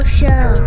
show